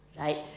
right